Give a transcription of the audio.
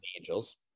Angels